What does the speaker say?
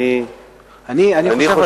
אני חושב,